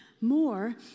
more